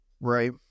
Right